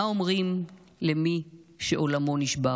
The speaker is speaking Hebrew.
/ מה אומרים למי שעולמו נשבר.